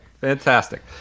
fantastic